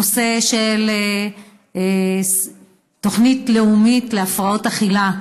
נושא של תוכנית לאומית להפרעות אכילה.